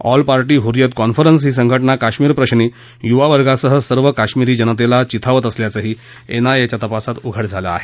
all parties Hurriyat conference ही संघ जा काश्मीरप्रश्री युवावर्गासह सर्व काश्मीरी जनतेला चिथावत असल्याचंही एन आय ए च्या तपासात उघड झालं आहे